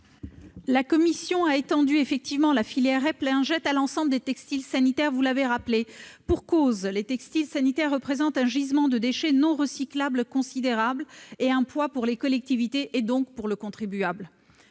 La commission a étendu la filière REP lingettes à l'ensemble des textiles sanitaires. Et pour cause ! Les textiles sanitaires représentent un gisement de déchets non recyclables considérable et un poids pour les collectivités et, donc, pour le contribuable.